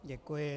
Děkuji.